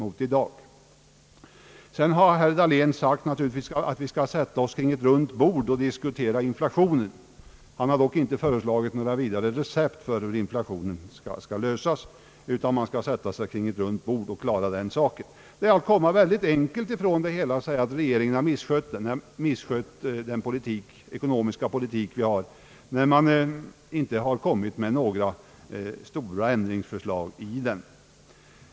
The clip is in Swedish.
Vidare har herr Dahlén naturligtvis föreslagit att vi skall sätta oss kring ett runt bord och diskutera inflationen. Han har dock inte givit några recept på hur denna skall hejdas, utan vi skall som sagt bara sätta oss kring ett runt bord och klara av saken. Det är att komma väldigt lätt ifrån det hela bara genom att säga, att regeringen har misskött den ekonomiska politiken, när man inte har avgett några förslag till stora ändringar i denna politik.